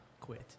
quit